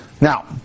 Now